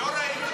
לא ראית אבן.